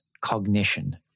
cognition